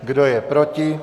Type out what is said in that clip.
Kdo je proti?